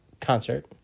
concert